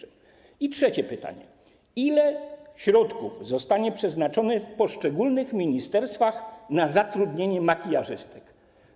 I trzecie pytanie: Ile środków zostanie przeznaczonych w poszczególnych ministerstwach na zatrudnienie makijażystek?